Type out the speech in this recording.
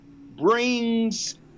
brings